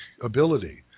ability